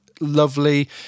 Lovely